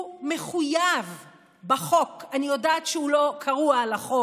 הוא מחויב בחוק, אני יודעת שהוא לא קרוע על החוק,